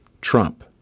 Trump